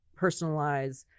Personalize